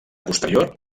posterior